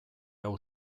hau